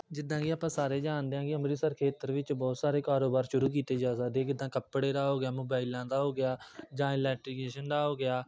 ਜਿੱਦਾਂ ਕਿ ਆਪਾਂ ਸਾਰੇ ਜਾਣਦੇ ਹਾਂ ਕਿ ਅੰਮ੍ਰਿਤਸਰ ਖੇਤਰ ਵਿੱਚ ਬਹੁਤ ਸਾਰੇ ਕਾਰੋਬਾਰ ਸ਼ੁਰੂ ਕੀਤੇ ਜਾ ਸਕਦੇ ਜਿੱਦਾਂ ਕੱਪੜੇ ਦਾ ਹੋ ਗਿਆ ਮੋਬਾਇਲਾਂ ਦਾ ਹੋ ਗਿਆ ਜਾਂ ਇਲੈਟਰੀਕੇਸ਼ਨ ਦਾ ਹੋ ਗਿਆ